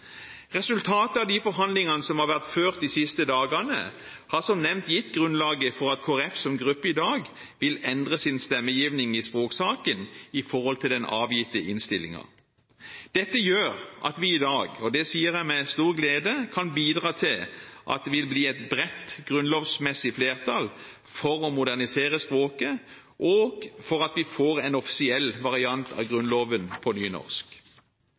Resultatet av de forhandlingene som har vært ført de siste dagene, har som nevnt gitt grunnlaget for at Kristelig Folkeparti som gruppe i dag vil endre sin stemmegivning i språksaken med hensyn til den avgitte innstillingen. Dette gjør at vi i dag – og det sier jeg med stor glede – kan bidra til at det vil bli et bredt grunnlovsmessig flertall for å modernisere språket, og for at vi får en offisiell variant av Grunnloven på nynorsk.